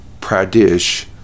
Pradesh